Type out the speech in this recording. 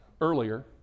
earlier